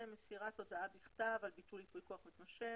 מסירת הודעה בכתב על ביטול ייפוי כוח מתמשך,